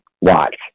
Watch